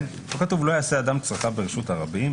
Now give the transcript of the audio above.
כתוב "לא יעשה אדם את צרכיו ברשות הרבים,